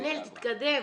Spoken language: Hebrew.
נתנאל, תתקדם.